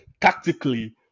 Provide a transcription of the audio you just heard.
tactically